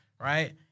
right